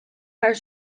haar